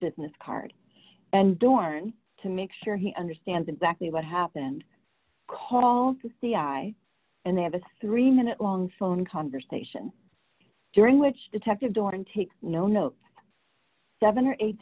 business card and dorn to make sure he understands exactly what happened call the c i and they have a three minute long phone conversation during which detective dorn takes no note seven or eight